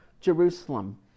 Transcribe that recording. Jerusalem